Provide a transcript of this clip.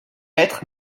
être